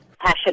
passion